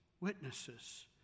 witnesses